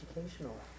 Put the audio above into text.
educational